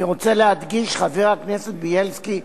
אני רוצה להדגיש, חבר הכנסת בילסקי,